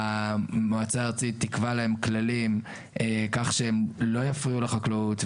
שהמועצה הארצית תקבע להם כללים כך שהם לא יפריעו לחקלאות,